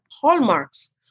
hallmarks